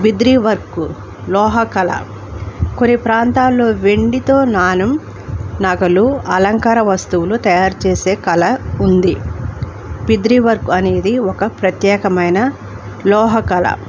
Bidri work లోహకళ కొన్ని ప్రాంతాల్లో వెండితో నాణెం నగలు అలంకార వస్తువులు తయారు చేేసే కళ ఉంది బిద్రీ వర్క్ అనేది ఒక ప్రత్యేకమైన లోహకళ